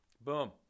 boom